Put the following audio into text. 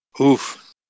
Oof